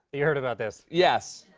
you heard about this? yes.